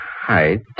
height